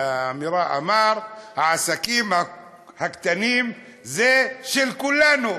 האמירה, אמר: העסקים הקטנים זה של כולנו.